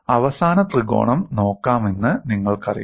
അവസാന ത്രികോണം നോക്കാമെന്ന് നിങ്ങൾക്കറിയാം